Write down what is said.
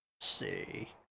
see